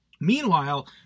meanwhile